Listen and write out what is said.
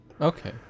Okay